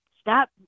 Stop